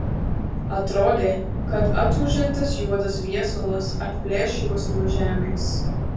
atrodė kad atūžiantis juodas viesulas atplėš juos nuo žemės